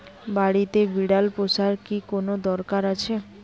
বাড়িতে বিড়াল পোষার কি কোন দরকার আছে?